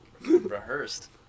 rehearsed